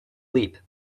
leap